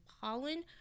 pollen